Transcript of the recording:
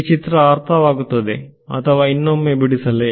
ಈ ಚಿತ್ರ ಅರ್ಥವಾಗುತ್ತದೆ ಅಥವಾ ಇನ್ನೊಮ್ಮೆ ಬಿಡಿಸಲೇ